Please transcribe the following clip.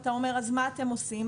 אתה שואל מה אנחנו עושים,